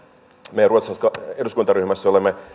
me ruotsalaisessa eduskuntaryhmässä olemme